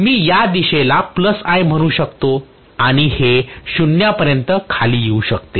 मी या दिशेला I म्हणू शकतो आणि हे 0 पर्यंत खाली येऊ शकते